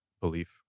belief